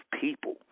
people